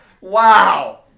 Wow